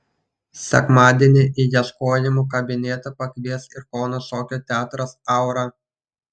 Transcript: sekmadienį į ieškojimų kabinetą pakvies ir kauno šokio teatras aura